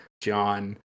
john